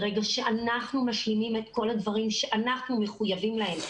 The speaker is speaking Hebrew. ברגע שאנחנו משלימים את כל הדברים שאנחנו מחויבים להם,